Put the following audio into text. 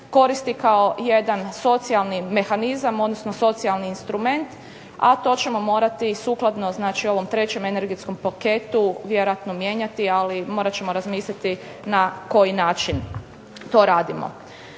koristi kao jedan socijalni mehanizam, odnosno socijalni instrument, a to ćemo morati sukladno znači ovom trećem energetskom paketu vjerojatno mijenjati, ali morat ćemo razmisliti na koji način to radimo.